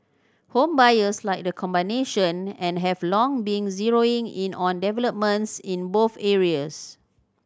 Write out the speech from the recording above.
home buyers like the combination and have long been zeroing in on developments in both areas